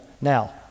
Now